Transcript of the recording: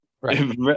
Right